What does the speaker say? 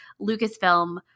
Lucasfilm